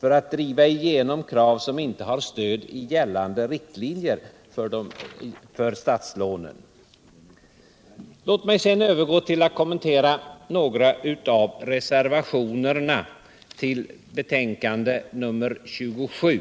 för att driva igenom krav som inte har stöd i gällande riktlinjer för statslånen. Låt mig sedan övergå till att kommentera några av reservationerna till betänkandet nr 27.